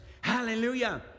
Hallelujah